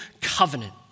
covenant